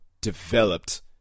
developed